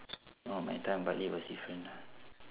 no my time bartley was different lah